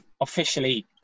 officially